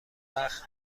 وقت